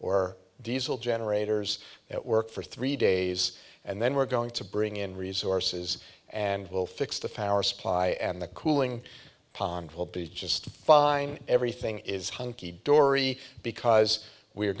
or diesel generators that work for three days and then we're going to bring in resources and we'll fix the power supply and the cooling pond will be just fine everything is hunky dory because we're